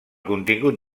contingut